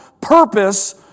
purpose